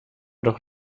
doch